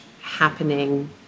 happening